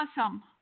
awesome